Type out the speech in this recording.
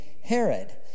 Herod